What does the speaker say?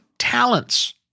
talents